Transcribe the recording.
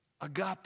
Agape